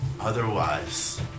Otherwise